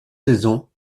saisons